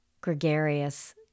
gregarious